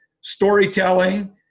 storytelling